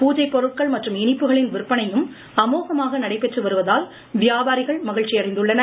பூஜை பொருட்கள் மற்றும் இனிப்புகளின் விற்பனையும் அமோகமாக நடைபெற்று வருவதால் வியாபாரிகள் மகிழ்ச்சியடைந்துள்ளனர்